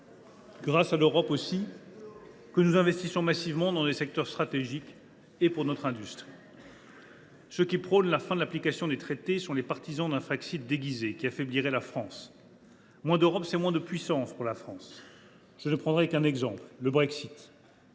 grâce à l’Europe, aussi, que nous investissons massivement dans des secteurs stratégiques et pour notre industrie. « Ceux qui prônent la fin de l’application des traités sont les partisans d’un Frexit déguisé, qui affaiblirait la France. Moins d’Europe, c’est moins de puissance pour la France. « Je ne prendrai qu’un exemple : le Brexit,